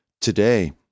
Today